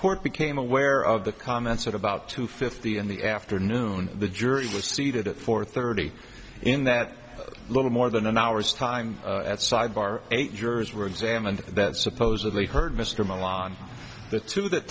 court became aware of the comments at about two fifty in the afternoon the jury was seated at four thirty in that little more than an hour's time at sidebar eight jurors were examined that supposedly heard mr milan the two that